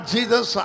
Jesus